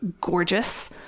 gorgeous